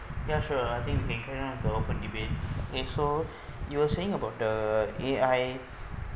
ya sure I think we can come up with the open debate okay so you were saying about the A_I